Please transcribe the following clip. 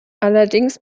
allerdings